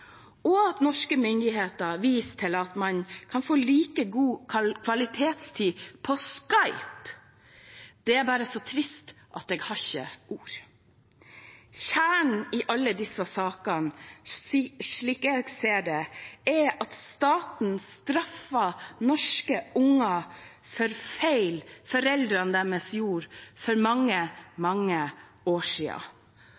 Og at norske myndigheter viser til at man kan få like god kvalitetstid på Skype, er bare så trist at jeg har ikke ord. Kjernen i alle disse sakene, slik jeg ser det, er at staten straffer norske barn for feil foreldrene deres gjorde for mange,